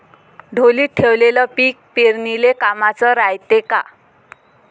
ढोलीत ठेवलेलं पीक पेरनीले कामाचं रायते का?